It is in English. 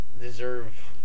deserve